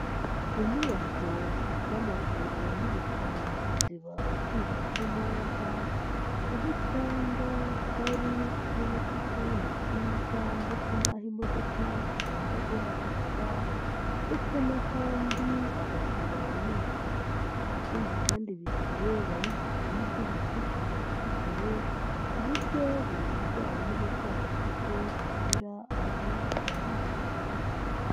Inyubako z'amavuriro n'ibitaro ziba zubatse neza, aho usanga hari n'ubusitani bwiza ndetse n'aho imodoka zigomba guhagarara ndetse n'ahandi abantu baruhukira ikindi kandi ibitaro biba bigizwe n'ibyumba byinshi bitandukanye ku buryo buri murwayi n'uburwayi afite agira aho abarizwa.